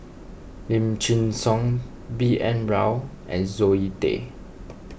Lim Chin Siong B N Rao and Zoe Tay